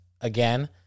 again